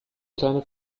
kleine